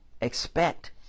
expect